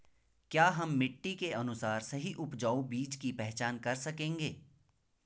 क्या हम मिट्टी के अनुसार सही उपजाऊ बीज की पहचान कर सकेंगे?